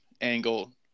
angle